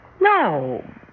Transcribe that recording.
No